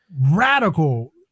radical